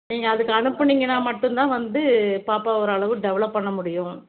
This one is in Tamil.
நீங்கள் அதுக்கு அனுப்புனீங்கன்னா மட்டும் தான் வந்து பாப்பாவை ஒரு அளவு டெவலப் பண்ண முடியும்